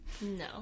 No